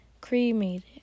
cremated